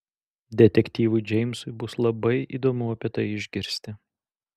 detektyvui džeimsui bus labai įdomu apie tai išgirsti